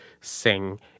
sing